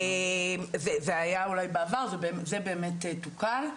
זה היה אולי בעבר וזה תוקן.